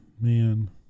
man